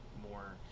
more